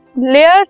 layers